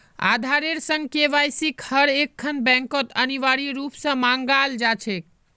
आधारेर संग केवाईसिक हर एकखन बैंकत अनिवार्य रूप स मांगाल जा छेक